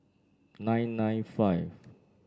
nine nine five